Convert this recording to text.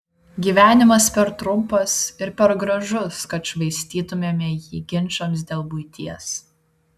gyvenimas per trumpas ir per gražus kad švaistytumėme jį ginčams dėl buities